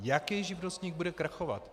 Jaký živnostník bude krachovat?